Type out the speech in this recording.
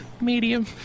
Medium